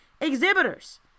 exhibitors